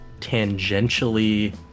tangentially